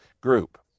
group